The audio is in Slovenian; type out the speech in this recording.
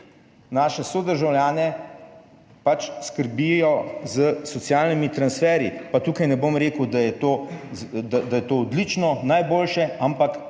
naše sodržavljane pač skrbijo s socialnimi transferji. Pa tukaj ne bom rekel, da je to odlično, najboljše, ampak tako